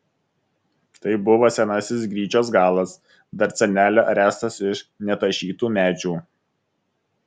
tai buvo senasis gryčios galas dar senelio ręstas iš netašytų medžių